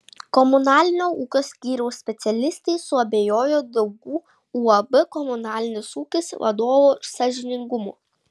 komunalinio ūkio skyriaus specialistai suabejojo daugų uab komunalinis ūkis vadovų sąžiningumu